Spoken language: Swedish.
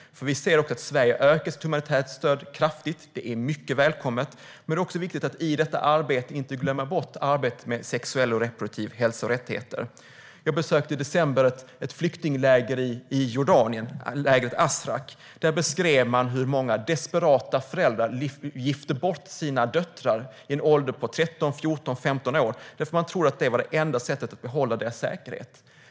Vi ser att Sverige ökar sitt humanitära stöd kraftigt, och det är mycket välkommet. Men det är viktigt att i det arbetet inte glömma bort arbetet med sexuell och reproduktiv hälsa och rättigheter. Jag besökte i december ett flyktingläger i Jordanien, lägret Azraq. Där beskrev man hur många desperata föräldrar gifter bort sina döttrar vid en ålder av 13, 14 eller 15 år, därför att de tror att det är det enda sättet att bevara deras säkerhet.